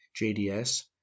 JDS